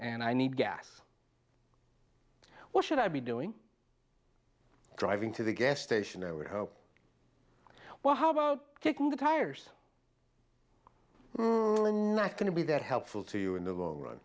and i need gas what should i be doing driving to the gas station or oh well how about kicking the tires not going to be that helpful to you in the long run